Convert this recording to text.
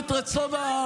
למה לא לפני?